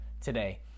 today